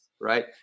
Right